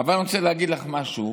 אבל אני רוצה להגיד לך משהו: